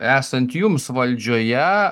esant jums valdžioje